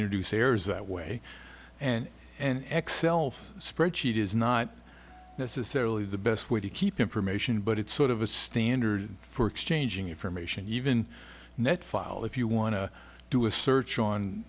introduce errors that way and an x self spreadsheet is not necessarily the best way to keep information but it's sort of a standard for exchanging information even net file if you want to do a search on